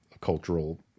cultural